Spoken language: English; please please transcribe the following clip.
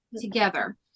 together